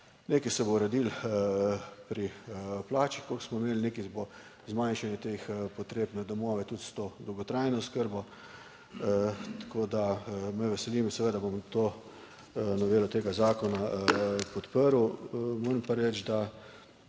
Nekaj se bo uredilo pri plačah, koliko smo imeli, nekaj bo zmanjšanje teh potreb na domove, tudi s to dolgotrajno oskrbo. Tako, da me veseli, seveda bom to novelo tega zakona podprl. Moram pa reči, da